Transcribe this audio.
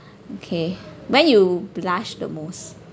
okay when you blush the most